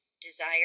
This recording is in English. desire